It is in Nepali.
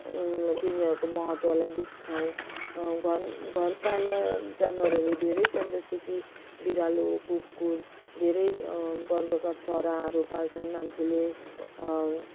तिनीहरूको महत्त्वलाई बुझ्छौँ घर घरपालुवा जनावरहरू धेरै छन् जस्तै कि बिरालो कुकुर धेरै वर्गका चराहरू पाल्छन् मान्छेले